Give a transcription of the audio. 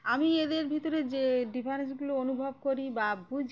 আমি এদের ভিতরে যে ডিফারেন্সগুলো অনুভব করি বা বুঝি